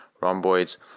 rhomboids